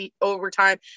overtime